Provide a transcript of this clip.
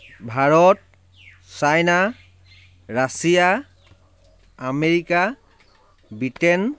Bharat China Russia America Britain